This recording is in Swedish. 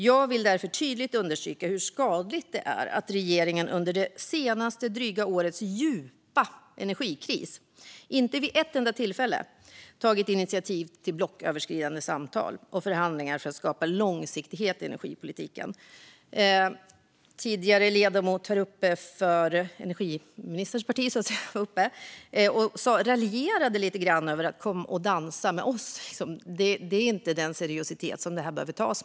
Jag vill därför tydligt understryka hur skadligt det är att regeringen under det senaste dryga årets djupa energikris inte vid ett enda tillfälle tagit initiativ till blocköverskridande samtal och förhandlingar för att skapa långsiktighet i energipolitiken. Ledamoten för energiministerns parti var tidigare uppe i talarstolen och raljerade lite grann - kom och dansa med oss. Det är inte den seriositet som behövs här.